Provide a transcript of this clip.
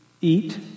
eat